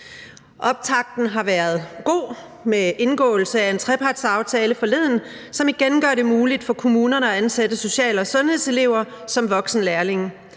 Optakten har været god med indgåelse af en trepartsaftale forleden, som igen gør det muligt for kommunerne at ansætte social- og sundhedselever som voksenlærlinge,